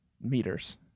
meters